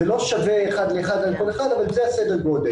זה לא שווה אחד לאחד על כל אחד, אבל זה סדר הגודל.